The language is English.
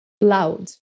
loud